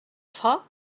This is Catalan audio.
foc